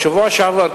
בשבוע שעבר,